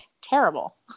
terrible